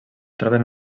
troben